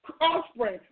offspring